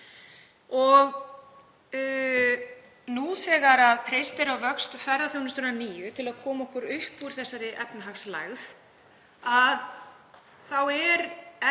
Nú þegar treyst er á vöxt ferðaþjónustunnar að nýju til að koma okkur upp úr þessari efnahagslægð er